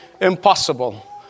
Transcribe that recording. impossible